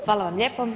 Hvala vam lijepo.